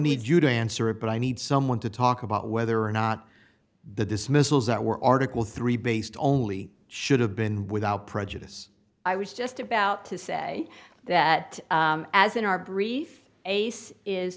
need you to answer it but i need someone to talk about whether or not the dismissals that were article three based only should have been without prejudice i was just about to say that as in our brief ace is